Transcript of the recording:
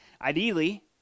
Ideally